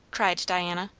cried diana.